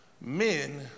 men